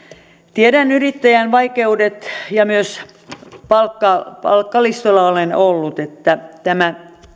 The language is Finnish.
tiedän yrittäjän vaikeudet myös palkkalistoilla olen ollut ja tämä